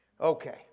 Okay